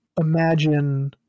imagine